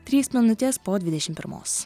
trys minutes po dvidešim pirmos